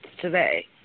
today